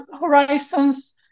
horizons